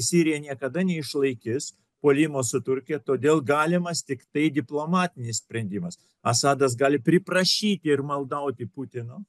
sirija niekada neišlaikis puolimo su turkija todėl galimas tiktai diplomatinis sprendimas asadas gali priprašyti ir maldauti putino